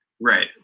Right